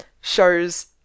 shows